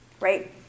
right